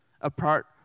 apart